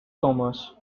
commerce